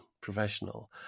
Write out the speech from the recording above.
professional